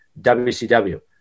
WCW